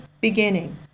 beginning